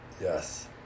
yes